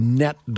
net